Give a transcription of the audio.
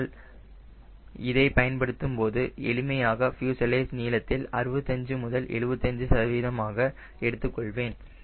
ஆனால் இதை பயன்படுத்தும் போது எளிமையாக ஃப்யூசலேஜ் நீளத்தில் 65 முதல் 75 சதவீதமாக எடுத்துக்கொள்வேன்